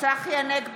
שרן מרים